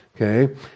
Okay